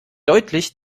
deutlich